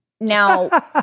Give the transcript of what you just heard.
now